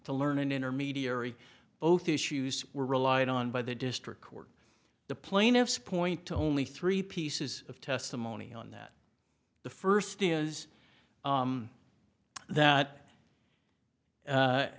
to learn and intermediary both issues were relied on by the district court the plaintiffs point to only three pieces of testimony on that the first is that